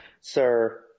sir